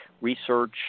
research